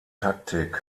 taktik